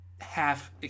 Half